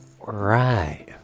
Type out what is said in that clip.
right